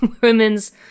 women's